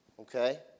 okay